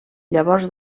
llavors